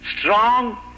strong